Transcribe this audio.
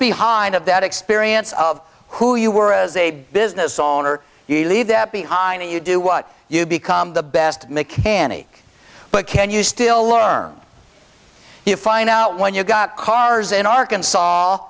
behind of that experience of who you were as a business owner you leave that behind you do what you become the best mechanic but can you still learn you find out when you've got cars in arkansas